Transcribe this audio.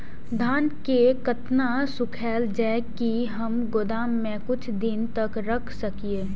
धान के केतना सुखायल जाय की हम गोदाम में कुछ दिन तक रख सकिए?